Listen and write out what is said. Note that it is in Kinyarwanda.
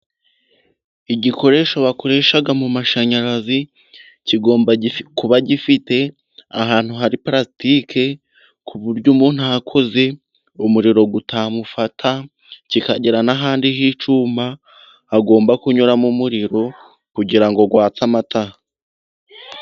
Igikoresho bakoresha mu mashanyarazi, kigomba kuba gifite ahantu hari purasitike, ku buryo umuntu ahakoze umuriro utamufata, kikagira n'ahandi h'icyuma hagomba kunyuramo umuriro, kugira ngo watse amatara.